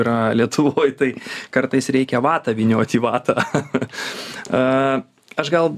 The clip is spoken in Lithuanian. yra lietuvoj tai kartais reikia vatą vynioti į vatą aš gal